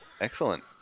excellent